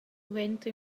suenter